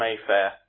Mayfair